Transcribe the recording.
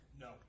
No